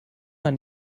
man